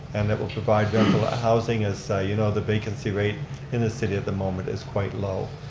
and it would provide rental ah housing as you know, the vacancy rate in the city at the moment is quite low.